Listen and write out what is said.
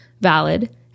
valid